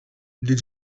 did